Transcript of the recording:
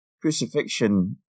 Crucifixion